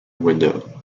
window